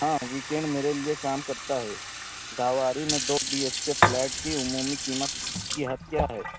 ہاں ویکینڈ میرے لیے کام کرتا ہے داواری میں دو بی ایچ کے فلیٹ کی عمومی قیمت کی حد کیا ہے